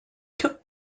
took